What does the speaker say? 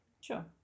Sure